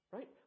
Right